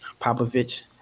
Popovich